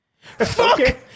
Fuck